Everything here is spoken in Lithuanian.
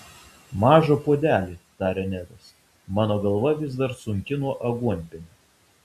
mažą puodelį tarė nedas mano galva vis dar sunki nuo aguonpienio